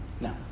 No